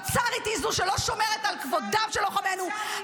הפצ"רית היא זו שלא שומרת על כבודם של לוחמינו -- הפצ"רית,